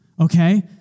okay